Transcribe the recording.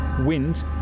wind